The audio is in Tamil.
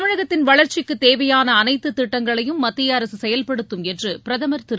தமிழகத்தின் வளர்ச்சிக்குத் தேவையான அனைத்து திட்டங்களையும் மத்திய அரசு செயல்படுத்தும் என்று பிரதமர் திரு